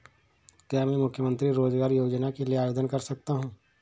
क्या मैं मुख्यमंत्री रोज़गार योजना के लिए आवेदन कर सकता हूँ?